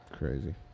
crazy